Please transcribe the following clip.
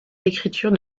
l’écriture